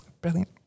Brilliant